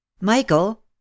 Michael